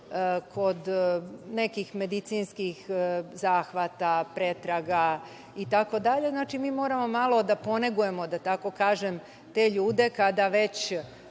kod nekih medicinskih zahvata, pretraga itd. Mi moramo malo da ponegujemo, da tako kažem, te ljude kada već